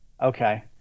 Okay